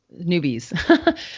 newbies